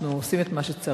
אנחנו עושים את מה שצריך,